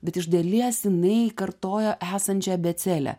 bet iš dalies jinai kartojo esančią abėcėlę